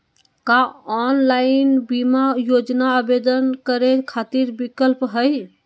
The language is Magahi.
का ऑनलाइन बीमा योजना आवेदन करै खातिर विक्लप हई?